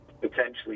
potentially